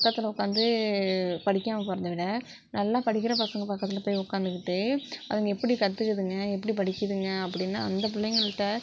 பக்கத்தில் உட்காந்து படிக்காமல் போகிறத விட நல்லா படிக்கிற பசங்கள் பக்கத்தில் போய் உட்காந்துகிட்டு அதுங்க எப்படி கற்றுக்கிதுங்க எப்படி படிக்குதுங்க அப்படின்னு அந்த பிள்ளைங்கள்ட்ட